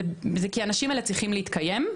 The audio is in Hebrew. זה כי האנשים האלה צריכים להתקיים,